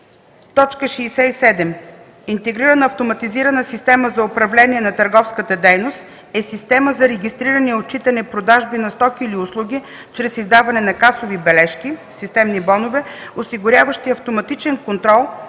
70: „67. „Интегрирана автоматизирана система за управление на търговската дейност” е система за регистриране и отчитане продажби на стоки или услуги чрез издаване на касови бележки (системни бонове), осигуряваща автоматичен контрол